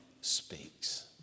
speaks